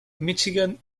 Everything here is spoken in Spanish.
míchigan